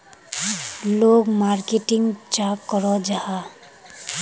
लोग मार्केटिंग चाँ करो जाहा?